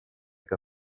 que